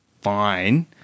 fine